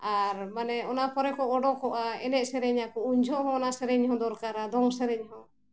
ᱟᱨ ᱢᱟᱱᱮ ᱚᱱᱟ ᱯᱚᱨᱮ ᱠᱚ ᱩᱰᱩᱠᱚᱜᱼᱟ ᱮᱱᱮᱡ ᱥᱮᱨᱮᱧᱟᱠᱚ ᱩᱱ ᱡᱚᱠᱷᱚᱱ ᱦᱚᱸ ᱚᱱᱟ ᱥᱮᱨᱮᱧ ᱦᱚᱸ ᱫᱚᱨᱠᱟᱨᱟ ᱫᱚᱝ ᱥᱮᱨᱮᱧ ᱦᱚᱸ